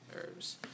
herbs